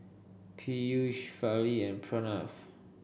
Peyush Fali and Pranav